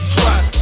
trust